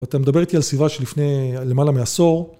אתה מדבר איתי על סביבה של לפני למעלה מעשור.